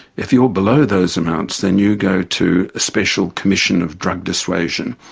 if you're below those amounts then you go to a special commission of drug dissuasion.